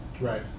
Right